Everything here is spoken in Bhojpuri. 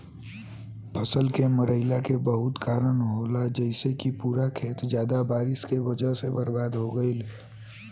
फसल के मरईला के बहुत कारन होला जइसे कि पूरा खेत ज्यादा बारिश के वजह से बर्बाद हो गईल